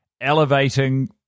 elevating